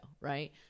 Right